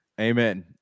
Amen